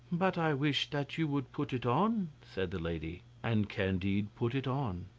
but i wish that you would put it on, said the lady. and candide put it on.